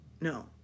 no